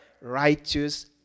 righteous